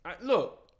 Look